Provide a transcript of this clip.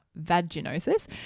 vaginosis